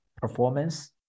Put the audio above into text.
performance